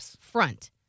front